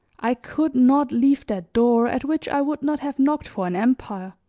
i could not leave that door at which i would not have knocked for an empire.